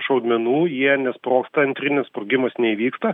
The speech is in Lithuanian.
šaudmenų jie nesprogsta antrinis sprogimas neįvyksta